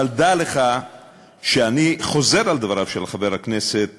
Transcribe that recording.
אבל דע לך שאני חוזר על דבריו של חבר הכנסת